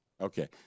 Okay